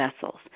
vessels